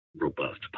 robust